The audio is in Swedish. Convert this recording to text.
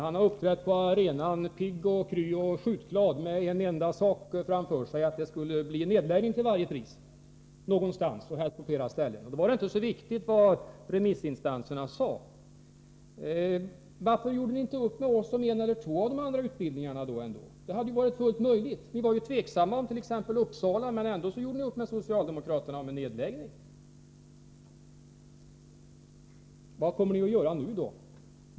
Han har uppträtt på arenan pigg och kry och skjutglad med en enda sak framför sig — att det skulle bli nedläggning till varje pris, någonstans och helst på flera ställen. Då var det inte så viktigt vad remissinstanserna sade. Varför gjorde ni inte upp med oss om en eller två av utbildningarna? Det hade varit fullt möjligt. Ni var tveksamma om exempelvis Uppsala, men ändå gjorde ni upp med socialdemokraterna om en nedläggning. Vad kommer ni att göra nu?